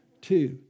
two